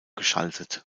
geschaltet